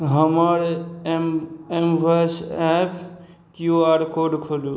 हमर M M voice app Q R code खोलू